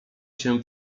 się